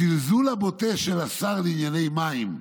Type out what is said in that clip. הזלזול הבוטה של השר לענייני מים"